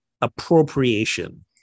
appropriation